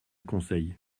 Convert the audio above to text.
conseil